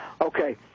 Okay